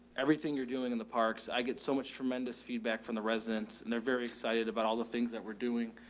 everything you're doing in the parks. i get so much tremendous feedback from the residents and they're very excited about all the things that we're doing.